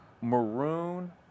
maroon